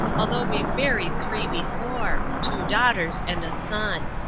altho' we've buried three before two daughters and a son.